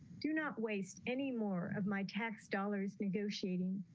do not waste any more of my tax dollars negotiating.